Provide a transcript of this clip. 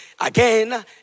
Again